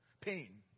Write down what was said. Pain